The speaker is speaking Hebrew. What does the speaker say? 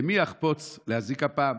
למי אחפוץ להזיק הפעם?